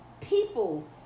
people